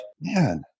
man